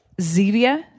Zevia